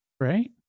right